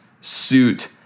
suit